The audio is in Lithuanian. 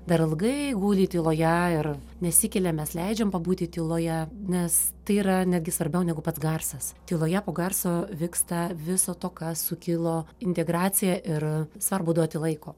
dar ilgai guli tyloje ir nesikelia mes leidžiam pabūti tyloje nes tai yra netgi svarbiau negu pats garsas tyloje po garso vyksta viso to kas sukilo integracija ir svarbu duoti laiko